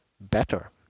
better